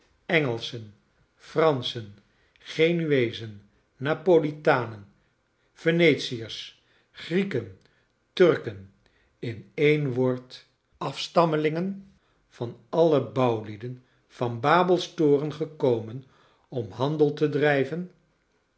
engelschen fransehen genueezen napolitanen venetiers grie ken turken in een woord afstammelingen van alle bouwlieden van babefs tor en gekomen om nan del te drijven